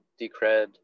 Decred